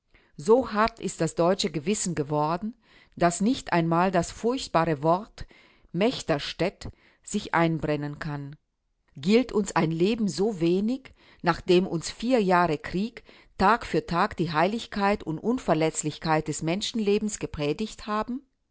so hart ist das deutsche gewissen geworden daß nicht einmal das furchtbare wort mechterstädt sich einbrennen kann gilt uns ein leben so wenig nachdem uns vier jahre krieg tag für tag die heiligkeit und unverletzlichkeit des menschenlebens gepredigt haben